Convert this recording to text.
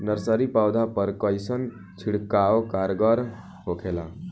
Nursery पौधा पर कइसन छिड़काव कारगर होखेला?